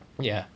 ya